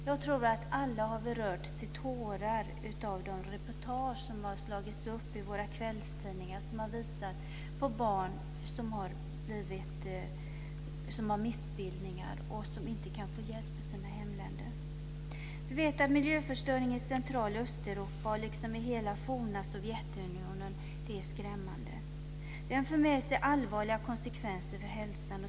Jag tror att vi alla har rörts av de reportage som har slagits upp i våra kvällstidningar som har visat på barn som har missbildningar och inte kan få hjälp i sina hemländer. Vi vet att miljöförstöringen i Centraloch Östeuropa liksom i hela det forna Sovjetunionen är skrämmande. Den för med sig allvarliga konsekvenser för hälsan.